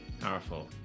Powerful